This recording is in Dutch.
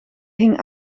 hing